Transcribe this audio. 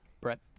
Brett